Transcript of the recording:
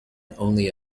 only